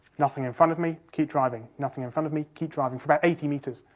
nothing in front of me, keep driving, nothing in front of me, keep driving, for about eighty metres,